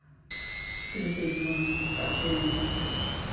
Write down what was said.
ᱛᱤᱨᱤᱥᱮ ᱡᱩᱱ ᱯᱟᱸᱪᱮᱭ ᱢᱮ